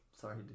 Sorry